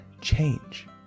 change